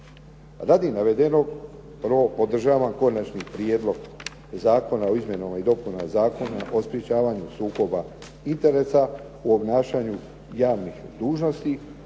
Radi navedenog prvo podržavam Konačni prijedlog zakona o izmjenama i dopunama Zakona o sprječavanju sukoba interesa u obnašanju javnih dužnosti,